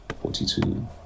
forty-two